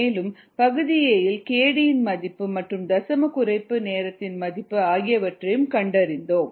மேலும் பகுதி a யில் kd இன் மதிப்பு மற்றும் தசம குறைப்பு நேரத்தின் மதிப்பு ஆகியவற்றைக் கண்டறிந்தோம்